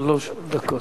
שלוש דקות.